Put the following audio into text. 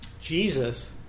Jesus